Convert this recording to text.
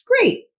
Great